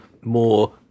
more